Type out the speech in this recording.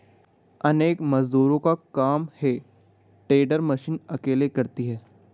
अनेक मजदूरों का काम हे टेडर मशीन अकेले करती है